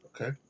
okay